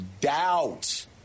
doubt